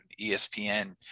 ESPN